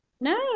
No